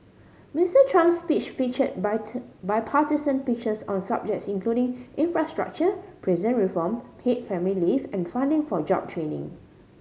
Mister Trump's speech featured bipartisan pitches on subjects including infrastructure prison reform paid family leave and funding for job training